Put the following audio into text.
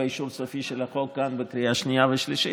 באישור סופי של החוק בקריאה שנייה ושלישית.